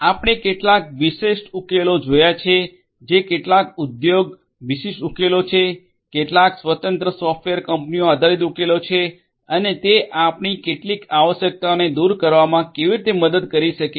આપણે કેટલાક વિશિષ્ટ ઉકેલો જોયા છે જે કેટલાક ઉદ્યોગ વિશિષ્ટ ઉકેલો છે કેટલાક સ્વતંત્ર સોફ્ટવેર કમ્પનીઓ આધારિત ઉકેલો છે અને તે આપણી કેટલીક આવશ્યકતાઓને દૂર કરવામાં કેવી રીતે મદદ કરી શકે છે